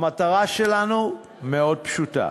המטרה שלנו מאוד פשוטה: